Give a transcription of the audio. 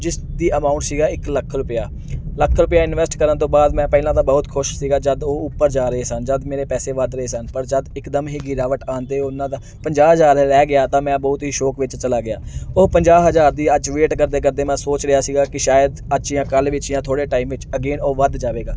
ਜਿਸ ਦੀ ਅਮਾਊਂਟ ਸੀਗਾ ਇੱਕ ਲੱਖ ਰੁਪਿਆ ਲੱਖ ਰੁਪਿਆ ਇਨਵੈਸਟ ਕਰਨ ਤੋਂ ਬਾਅਦ ਮੈਂ ਪਹਿਲਾਂ ਤਾਂ ਬਹੁਤ ਖੁਸ਼ ਸੀਗਾ ਜਦੋਂ ਉਹ ਉੱਪਰ ਜਾ ਰਹੇ ਸਨ ਜਦੋਂ ਮੇਰੇ ਪੈਸੇ ਵੱਧ ਰਹੇ ਸਨ ਪਰ ਜਦੋਂ ਇਕਦਮ ਹੀ ਗਿਰਾਵਟ ਆਉਂਦੇ ਉਨ੍ਹਾਂ ਦਾ ਪੰਜਾਹ ਹਜ਼ਾਰ ਰਹਿ ਗਿਆ ਤਾਂ ਮੈਂ ਬਹੁਤ ਹੀ ਸ਼ੋਕ ਵਿੱਚ ਚਲਾ ਗਿਆ ਉਹ ਪੰਜਾਹ ਹਜ਼ਾਰ ਦੀ ਅੱਜ ਵੇਟ ਕਰਦੇ ਕਰਦੇ ਮੈਂ ਸੋਚ ਰਿਹਾ ਸੀਗਾ ਕਿ ਸ਼ਾਇਦ ਅੱਜ ਜਾਂ ਕੱਲ੍ਹ ਵਿੱਚ ਜਾਂ ਥੋੜ੍ਹੇ ਟਾਈਮ ਵਿੱਚ ਅਗੇਨ ਉਹ ਵੱਧ ਜਾਵੇਗਾ